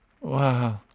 Wow